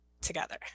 together